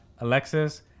alexis